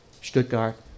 Stuttgart